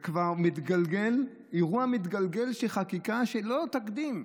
זה אירוע מתגלגל של חקיקה שאין לו תקדים,